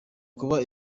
kuba